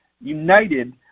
united